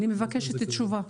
אני מבקשת תשובה.